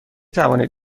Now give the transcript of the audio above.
توانید